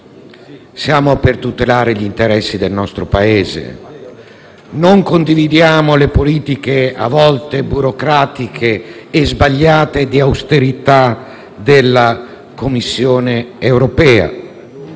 a tutelare gli interessi del nostro Paese e non condividiamo la politiche a volte burocratiche e sbagliate di austerità della Commissione europea.